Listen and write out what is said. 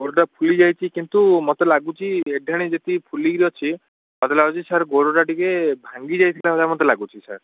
ଗୋଡ଼ଟା ଫୁଲି ଯାଇଛି କିନ୍ତୁ ମୋତେ ଲାଗୁଛି ଏ ଢାଣି ଯେତିକି ଫୁଲିକିରି ଅଛି ମୋତେ ଲାଗୁଛି ସାର୍ ଗୋଡ଼ଟା ଟିକିଏ ଭାଙ୍ଗି ଯାଇଥିଲା ଭଳିଆ ମୋତେ ଲାଗୁଛି ସାର୍